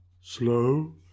Slow